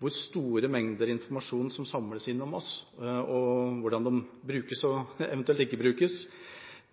hvor store mengder informasjon som samles inn om oss, og hvordan de brukes og eventuelt ikke brukes,